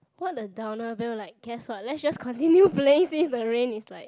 what a downer like guess what let's just continue play since the rain is like